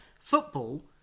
Football